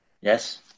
Yes